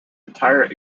entire